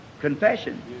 confession